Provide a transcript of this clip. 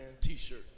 T-shirt